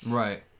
right